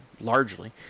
largely